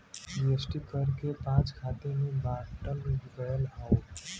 GST कर के पाँच खाँचे मे बाँटल गएल हौ